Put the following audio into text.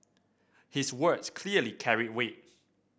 his words clearly carried weight